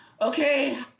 okay